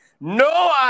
No